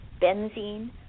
benzene